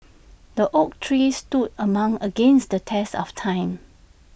the oak tree stood among against the test of time